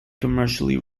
commercially